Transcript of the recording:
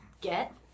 get